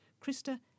Krista